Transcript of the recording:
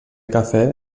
cafè